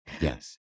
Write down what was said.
Yes